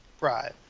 Right